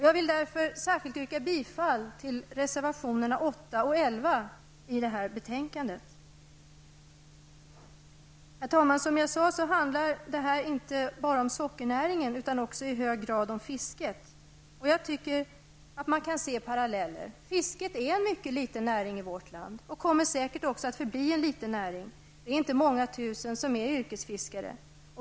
Jag vill därför särskilt yrka bifall till reservationerna 8 Herr talman! Denna diskussion handlar inte bara om sockernäringen, utan också i hög grad om fisket. Jag tycker att man kan se paralleller. Fisket är en liten näring i vårt land och kommer säkert också att förbli en liten näring. Det är inte många tusen som är yrkesfiskare.